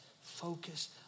Focus